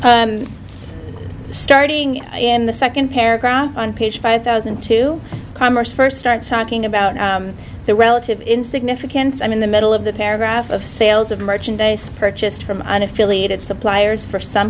your starting in the second paragraph on page five thousand and two commerce first starts talking about the relative in significance i'm in the middle of the paragraph of sales of merchandise purchased from an affiliate at some pliers for some